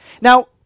Now